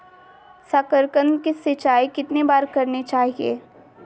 साकारकंद की सिंचाई कितनी बार करनी चाहिए?